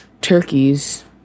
turkeys